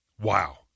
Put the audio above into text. Wow